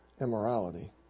immorality